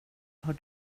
har